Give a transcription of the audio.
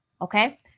okay